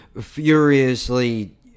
furiously